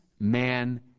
man